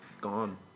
gone